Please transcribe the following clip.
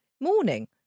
morning